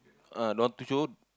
ah don't want to show